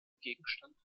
gegenstand